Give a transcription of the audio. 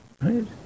right